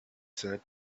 said